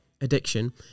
addiction